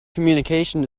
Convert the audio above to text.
communication